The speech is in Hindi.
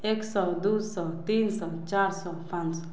एक सौ दो सौ तीन सौ चार सौ पाँच सौ